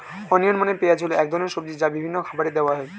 onion মানে পেঁয়াজ হল এক ধরনের সবজি যা বিভিন্ন রকমের খাবারে দেওয়া হয়